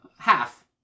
Half